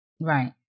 Right